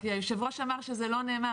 רק היושב-ראש אמר שזה לא נאמר,